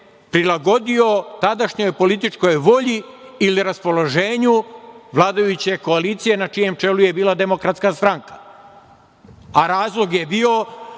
prilagodio tadašnjoj političkoj volji ili raspoloženju vladajuće koalicije na čijem čelu je bila Demokratska stranka, a razlog je bio